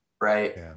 Right